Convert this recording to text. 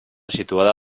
situada